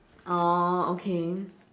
orh okay